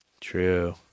True